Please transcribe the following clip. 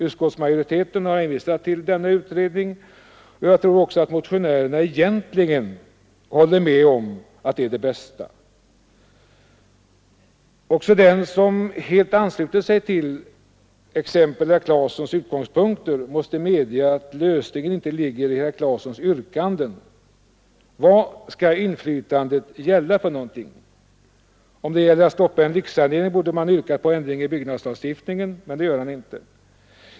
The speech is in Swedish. Utskottsmajoriteten har hänvisat till denna utredning, och jag tror också att motionärerna egentligen håller med om att det bästa är att utreda frågorna. Också den som helt ansluter sig till exempelvis herr Claesons utgångspunkter måste medge att lösningen inte finns i herr Claesons yrkanden. Vad skall inflytandet gälla? Om det gäller att stoppa en lyxsanering borde han yrka på en ändring i byggnadslagstiftningen, men det gör han inte.